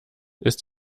ist